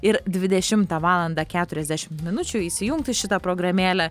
ir dvidešimtą valandą keturiasdešim minučių įsijungti šitą programėlę